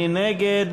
מי נגד?